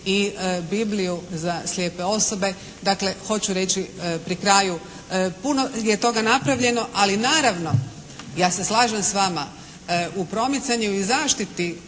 i Bibliju za slijepe osobe. Dakle hoću reći pri kraju puno je toga napravljeno, ali naravno ja se slažem s vama u promicanju i zaštiti